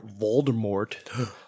Voldemort